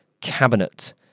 cabinet